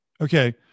Okay